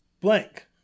Blank